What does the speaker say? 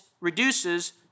reduces